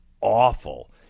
awful